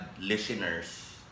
listeners